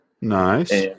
Nice